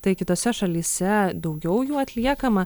tai kitose šalyse daugiau jų atliekama